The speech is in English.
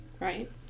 Right